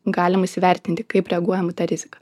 galim įsivertinti kaip reaguojam į tą riziką